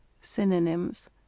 Synonyms